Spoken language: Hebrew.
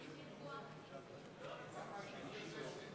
סביבתי-חברתי לסעיף 26,